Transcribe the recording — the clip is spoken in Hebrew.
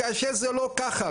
כאשר זה לא ככה.